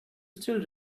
still